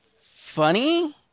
funny